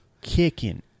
kicking